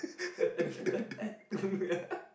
yeah